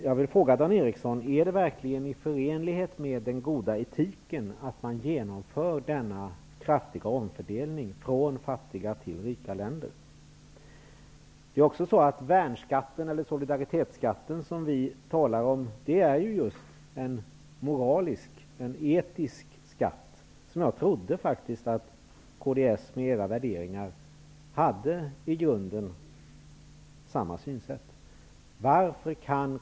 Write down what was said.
Jag vill fråga Dan Ericsson: Är det verkligen förenligt med god etik att man genomför denna kraftiga omfördelning från fattiga till rika länder? Det är också så att värnskatten eller solidaritetsskatten som vi talar om är just en moralisk och etisk skatt som jag trodde att kds med sina värderingar i grunden hade samma synsätt som vi på.